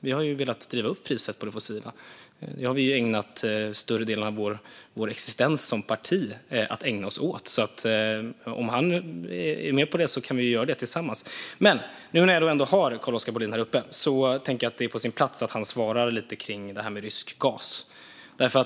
Vi har ju velat driva upp priset på det fossila; det har vi ju ägnat större delen av vår existens som parti åt. Om Carl-Oskar Bohlin är med på detta kan vi ju göra det tillsammans. Nu när jag ändå har Carl-Oskar Bohlin här uppe tycker jag att det är på sin plats att han svarar på frågor om det här med rysk gas.